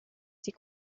die